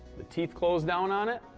the teeth close down on it,